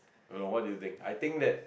I don't know what do you think I think that